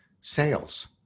sales